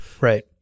Right